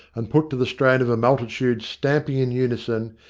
and put to the strain of a multitude, stamping in unison,